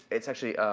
it's actually